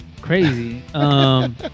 Crazy